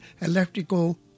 electrical